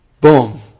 Boom